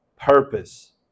purpose